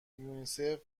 یونیسف